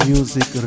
Music